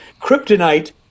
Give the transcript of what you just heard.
kryptonite